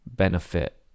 benefit